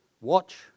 Watch